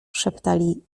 szeptali